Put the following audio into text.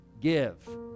give